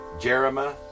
Jeremiah